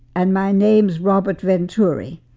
and my name's robert venturi.